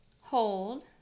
Hold